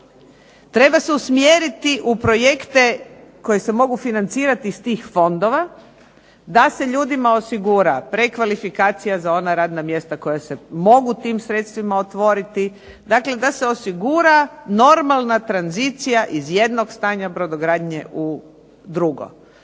Treba se usmjeriti u projekte koji se mogu financirat iz tih fondova da se ljudima osigura prekvalifikacija za ona radna mjesta koja se mogu tim sredstvima otvoriti, dakle da se osigura normalna tranzicija iz jednog stanja brodogradnje u drugo.